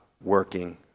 working